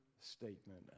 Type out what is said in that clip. statement